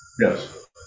Yes